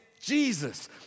Jesus